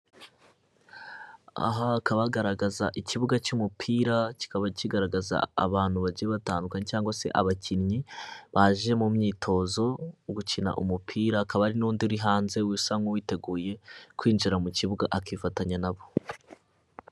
Aha hakaba hagaragaza ikibuga cy'umupira, kikaba kigaragaza abantu bagiye batandukanye cyangwa se abakinnyi baje mu myitozo yo gukina umupira, hakaba hari n'undi uri hanze usa nk'uwiteguye kwinjira mu kibuga akifatanya nabo.